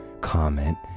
comment